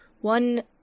one